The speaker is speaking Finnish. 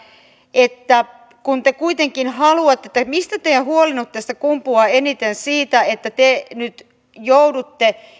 että kun te kuitenkin haluatte tai mistä teidän huolenne nyt tässä kumpuaa eniten siitä että te nyt joudutte